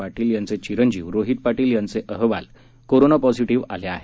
पाटील यांचे चिरंजीव रोहित पाटील यांचे अहवाल कोरोना पाँझिटिव्ह आले आहेत